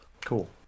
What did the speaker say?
Cool